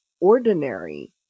ordinary